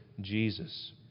Jesus